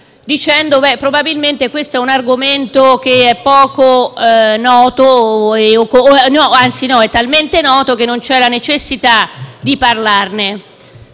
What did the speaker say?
dicendo che probabilmente questo argomento è talmente noto che non c'è necessità di parlarne.